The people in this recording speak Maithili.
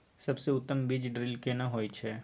सबसे उत्तम बीज ड्रिल केना होए छै?